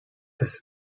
des